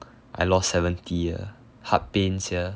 I lost seventy ah heart pain sia